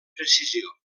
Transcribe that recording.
precisió